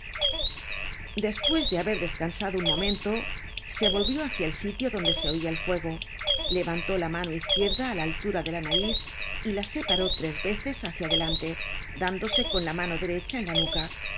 despues de haber descansado un momento se volvió hácia el sitio donde se oia el fuego levantó la mano izquierda á la altura de la nariz y la separó tres veces hácia adelante dándose con la mano derecha en la nuca